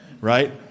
right